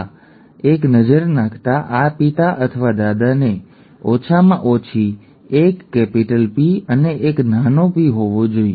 આ સાથે અને આ પર એક નજર નાખતા આ પિતા અથવા દાદાને ઓછામાં ઓછી એક કેપિટલ P અને એક નાનો p હોવો જોઈએ